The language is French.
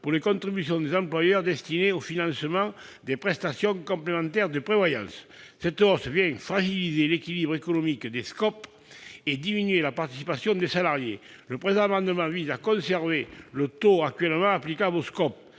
pour les contributions des employeurs destinées au financement des prestations complémentaires de prévoyance. Cette hausse vient fragiliser l'équilibre économique des SCOP et diminuer la participation des salariés. Le présent amendement vise à conserver le taux actuellement applicable aux SCOP,